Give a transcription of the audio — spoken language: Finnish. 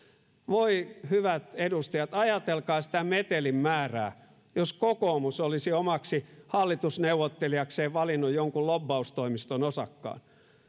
voi hyvät edustajat ajatelkaa sitä metelin määrää jos kokoomus olisi omaksi hallitusneuvottelijakseen valinnut jonkun lobbaustoimiston osakkaan